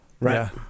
Right